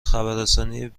خبررسانی